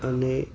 અને